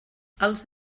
els